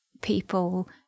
people